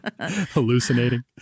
Hallucinating